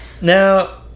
Now